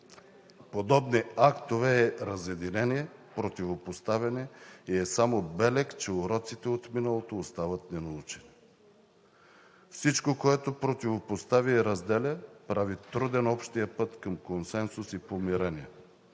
подобни актове е разединение, противопоставяне и е само белег, че уроците от миналото остават ненаучени – всичко, което противопоставя и разделя, прави труден общия път към консенсус и помирение.